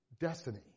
destiny